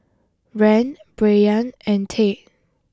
Rand Brayan and Tate